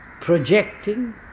projecting